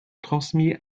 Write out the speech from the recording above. transmis